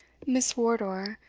miss wardour,